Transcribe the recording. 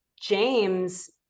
James